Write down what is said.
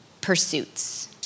pursuits